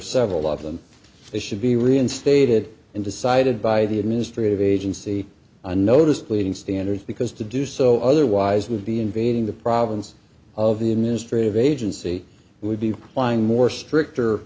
several of them they should be reinstated and decided by the administrative agency i noticed leading standards because to do so otherwise would be invading the problems of the ministry of agency would be applying more stricter